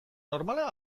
normala